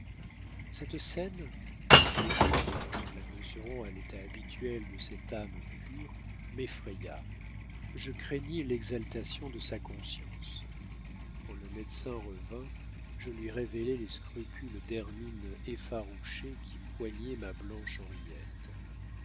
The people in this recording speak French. cette scène terrible en la mesurant à l'état habituel de cette âme pure m'effraya je craignis l'exaltation de sa conscience quand le médecin revint je lui révélai les scrupules d'hermine effarouchée qui poignaient ma blanche henriette